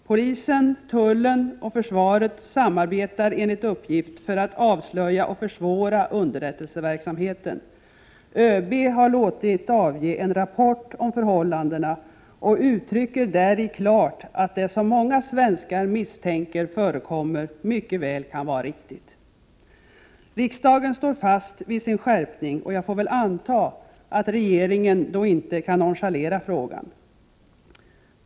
Polisen, tullen och försvaret samarbetar enligt uppgift för att avslöja och försvåra underrättelseverksamheten. ÖB har låtit avge en rapport om förhållandena och uttrycker däri klart att det som många svenskar misstänker förekommer mycket väl kan vara riktigt. Riksdagen står fast vid sin skärpning, och jag får väl anta att regeringen då inte kan nonchalera frågan.